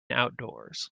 outdoors